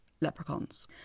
leprechauns